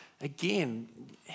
again